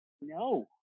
No